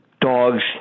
dogs